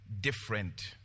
different